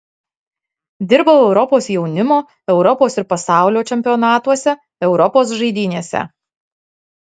dirbau europos jaunimo europos ir pasaulio čempionatuose europos žaidynėse